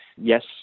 yes